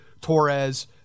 Torres